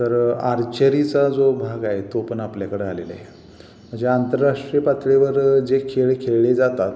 तर आर्चरीचा जो भाग आहे तो पण आपल्याकडे आलेला आहे म्हणजे आंतरराष्ट्रीय पातळीवर जे खेळ खेळले जातात